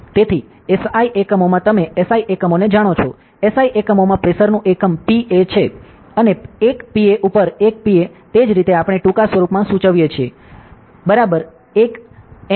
તેથી SI એકમોમાં તમે SI એકમોને જાણો છો SI એકમોમાં પ્રેશરનું એકમ Pa છે અને 1 Pa ઉપર 1 Pa તે જ રીતે આપણે ટૂંકા સ્વરૂપમાં સૂચવીએ છીએ 1 Nm2